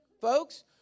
folks